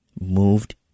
moved